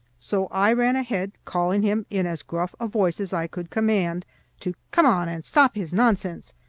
so i ran ahead, calling him in as gruff a voice as i could command to come on and stop his nonsense,